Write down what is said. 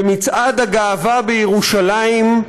במצעד הגאווה בירושלים,